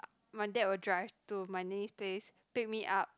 my dad will drive to my nanny's place pick me up